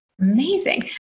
Amazing